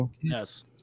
Yes